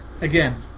again